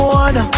one